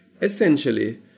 Essentially